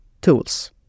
tools